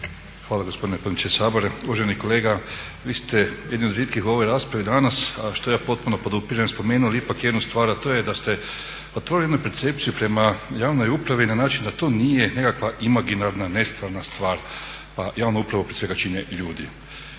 Hvala gospodine potpredsjedniče Sabora, uvaženi kolega. Vi ste jedni od rijetkih u ovoj raspravi danas a što ja potpuno podupirem, spomenuli ipak jednu stvar, a to je da ste otvorili jednu percepciju prema javnoj upravi na način da to nije nekakva imaginarna, nestvarna stvar pa javnu upravu prije svega čine ljudi.